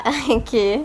okay